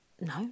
no